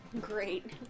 great